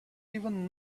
even